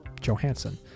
Johansson